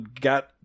got